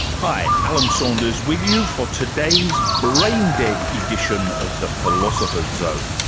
hi, alan saunders with you for today's brain-dead edition of the philosopher's zone.